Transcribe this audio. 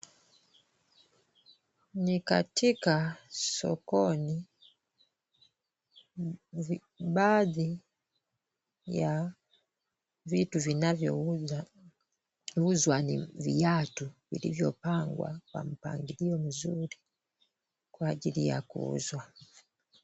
Ni katika sokoni, baadhi ya vitu vinavyouzwa ni viatu vinavyopangwa kwa mpangilio mzuri, kwa ajili ya kuuzwa.